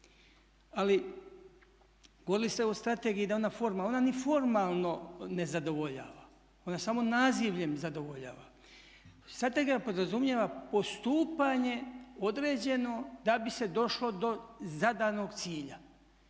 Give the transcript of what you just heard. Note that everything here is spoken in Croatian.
Ali govorili ste o strategiji da je ona formalno, ona ni formalno ne zadovoljava. Ona samo nazivljem zadovoljava. Strategija podrazumijeva postupanje određeno da bi se došlo do zadanog cilja.